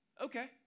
okay